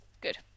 Good